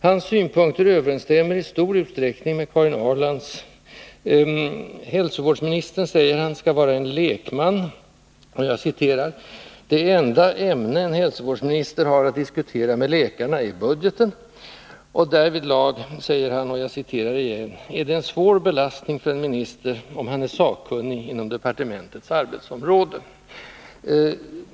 Hans synpunkter överensstämmer i stor utsträckning med Karin Ahrlands. Hälsovårdsministern, säger han, skall vara en lekman. Och han fortsätter: ”Det enda ämne en hälsovårdsminister har att diskutera med läkarna är budgeten” och därvidlag ”är det en svår belastning för en minister om han är sakkunnig inom departementets arbetsområde”.